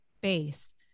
base